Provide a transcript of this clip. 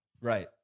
Right